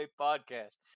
podcast